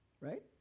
right